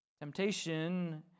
Temptation